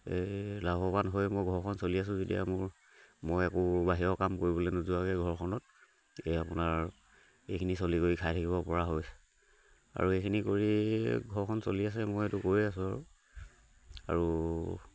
এই লাভৱান হৈ মই ঘৰখন চলি আছোঁ যেতিয়া মোৰ মই একো বাহিৰৰ কাম কৰিবলৈ নোযোৱাকৈ ঘৰখনত এই আপোনাৰ এইখিনি চলি কৰি খাই থাকিব পৰা হৈছে আৰু এইখিনি কৰি ঘৰখন চলি আছে মই এইটো কৈ আছোঁ আৰু আৰু